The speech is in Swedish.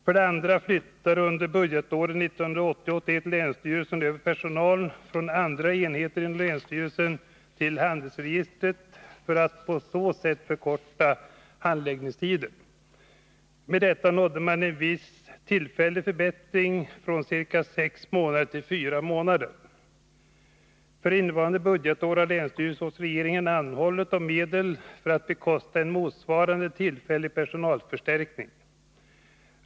För det andra flyttade under budgetåret 1980/81 länsstyrelsen över personal från andra enheter inom länsstyrelsen till handelsregistret för att på så sätt förkorta handläggningstiden. Med detta nådde man en viss tillfällig förbättring, från ca sex månader till fyra månader. För innevarande budgetår har länsstyrelsen hos regeringen anhållit om medel för att bekosta en motsvarande tillfällig personalförstärkning.